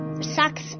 sucks